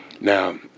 Now